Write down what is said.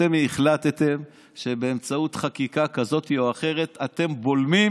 אתם החלטתם שבאמצעות חקיקה כזו או אחרת אתם בולמים